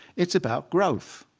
it's about growth.